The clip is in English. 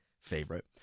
favorite